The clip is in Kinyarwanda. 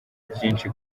byinshi